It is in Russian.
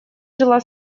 жила